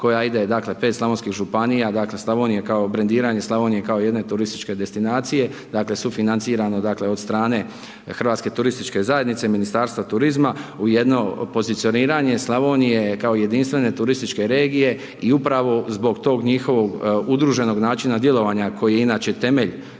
koja ide, dakle 5 slavonskih županija, dakle Slavonija, kao brendiranje Slavonije kao jedne turističke destinacije, dakle sufinancirano dakle od strane HTZ-a, Ministarstva turizma, u jedno pozicioniranje Slavonije kao jedinstvene turističke regije i upravo zbog tog njihovog udruženog načina djelovanja koji je inače temelj